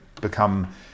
become